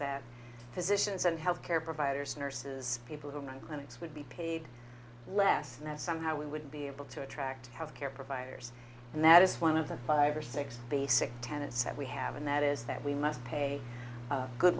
that physicians and health care providers nurses people who might clinics would be paid less and that somehow we would be able to attract health care providers and that is one of the five or six basic tenets that we have and that is that we must pay good